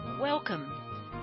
Welcome